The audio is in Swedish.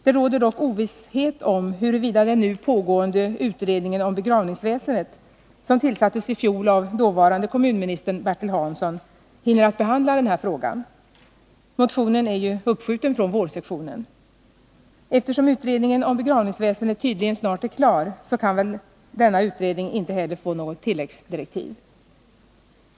Det råder dock ovisshet om huruvida den nu pågående utredningen om begravningsväsendet, som tillsattes i fjol av dåvarande kommunministern Bertil Hansson, hinner behandla den här frågan. Motionen är ju uppskjuten från vårsessionen. Eftersom utredningen om begravningsväsendet tydligen snart är klar, kan väl denna utredning inte heller få några tilläggsdirektiv.